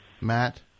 Matt